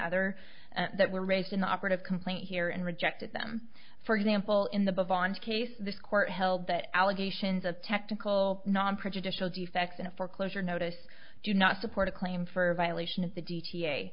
other that were raised in the operative complaint here and rejected them for example in the bond case the court held that allegations of technical non prejudicial defects in a foreclosure notice do not support a claim for violation of the g t a